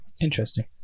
Interesting